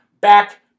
back